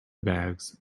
bags